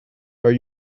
are